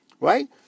right